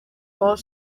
more